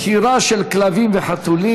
רישיון לזיווג או למכירה של כלבים וחתולים),